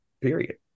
period